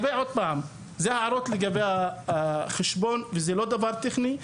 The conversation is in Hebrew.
זה הערות לגבי החשבון וזה לא דבר טכני,